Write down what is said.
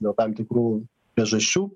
dėl tam tikrų priežasčių